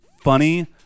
funny